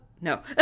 no